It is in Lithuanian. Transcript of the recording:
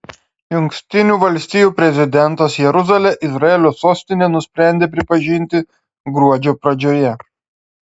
jungtinių valstijų prezidentas jeruzalę izraelio sostine nusprendė pripažinti gruodžio pradžioje